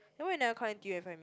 then why you never come n_t_u find me